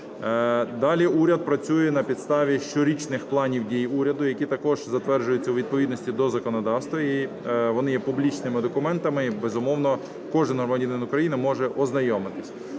Далі уряд працює на підставі щорічних планів дій уряду, які також затверджуються у відповідності що законодавства, і вони є публічними документами, і, безумовно, кожен громадянин України може ознайомитися.